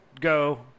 go